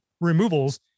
removals